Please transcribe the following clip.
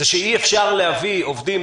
היא שאי אפשר להביא עובדים,